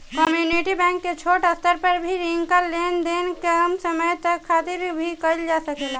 community bank में छोट स्तर पर भी रिंका लेन देन कम समय खातिर भी कईल जा सकेला